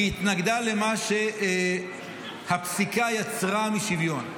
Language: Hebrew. היא התנגדה למה שהפסיקה יצרה משוויון.